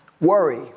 worry